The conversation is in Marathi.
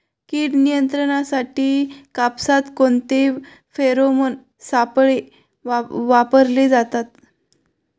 कीड नियंत्रणासाठी कापसात कोणते फेरोमोन सापळे वापरले जातात?